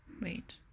Wait